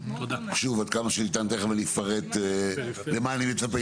שוב עד כמה שניתן תכף אני אפרט למה אני מצפה,